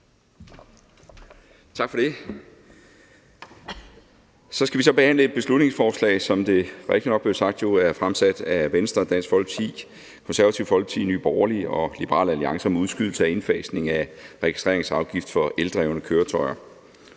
Tak for det. Så skal vi behandle et beslutningsforslag, som det jo rigtigt nok blev sagt er fremsat af Venstre, Dansk Folkeparti, Det Konservative Folkeparti, Nye Borgerlige og Liberal Alliance, om udskydelse af indfasning af registreringsafgift for eldrevne køretøjer.